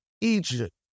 Egypt